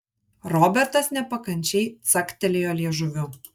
robertas nepakančiai caktelėjo liežuviu